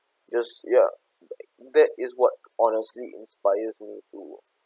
just ya that is what honestly inspires me to